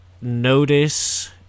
notice